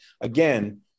again